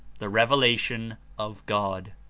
the revelation of god.